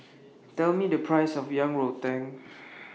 Tell Me The Price of Yang Rou Tang